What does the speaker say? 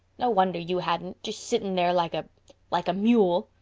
no wonder you hadn't just sitting there like a like a mule.